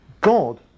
God